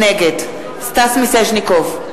נגד סטס מיסז'ניקוב,